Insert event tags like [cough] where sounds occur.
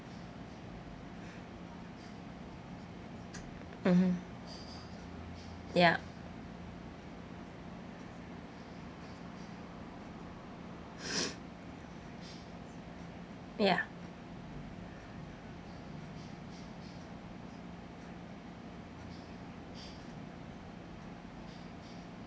mmhmm ya [noise] ya